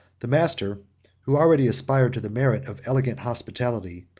the master who already aspired to the merit of elegant hospitality,